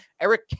Eric